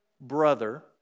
brother